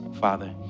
Father